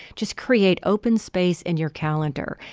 just create open space in your calendar.